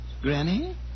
Granny